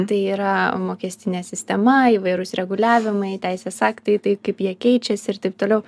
tai yra mokestinė sistema įvairūs reguliavimai teisės aktai tai kaip jie keičiasi ir taip toliau